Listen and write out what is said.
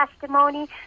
testimony